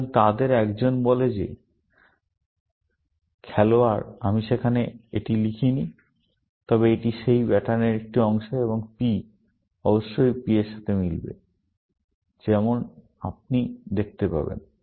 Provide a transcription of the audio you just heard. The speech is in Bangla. সুতরাং তাদের একজন বলে যে খেলোয়াড় আমি সেখানে এটি লিখিনি তবে এটি সেই প্যাটার্নের একটি অংশ এবং এই P অবশ্যই এই P এর সাথে মিলবে যেমন আপনি দেখতে পাবেন